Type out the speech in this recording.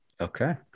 okay